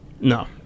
No